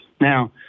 Now